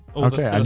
okay,